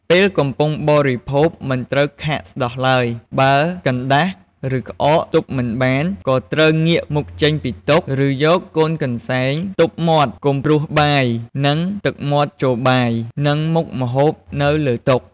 ពេលកំពុងបរិភោគមិនត្រូវខាកស្តោះឡើយ បើកណ្តាស់ឬក្អកទប់មិនបាន ក៏ត្រូវងាកមុខចេញពីតុ ឬយកកូនកន្សែងខ្ទប់មាត់កុំព្រួសបាយ ឬទឹកមាត់ចូលបាយ និងមុខម្ហូបនៅលើតុ។